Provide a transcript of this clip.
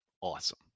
Awesome